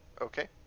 Okay